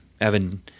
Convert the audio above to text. evan